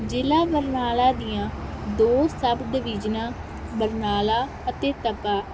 ਜ਼ਿਲ੍ਹਾ ਬਰਨਾਲਾ ਦੀਆਂ ਦੋ ਸਬ ਡਵਿਜ਼ਨਾਂ ਬਰਨਾਲਾ ਅਤੇ ਤਪਾ